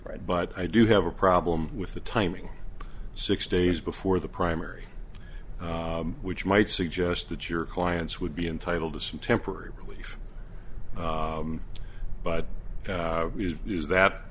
right but i do have a problem with the timing six days before the primary which might suggest that your clients would be entitled to some temporary relief but is that